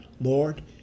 Lord